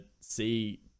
see